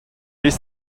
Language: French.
les